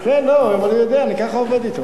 לא, הוא יודע, אני כך עובד אתו.